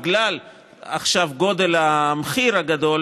בגלל המחיר הגבוה,